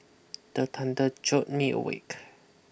the thunder jolt me awake